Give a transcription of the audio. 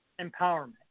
Empowerment